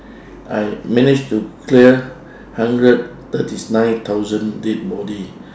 I managed to clear hundred thirty nine thousand dead body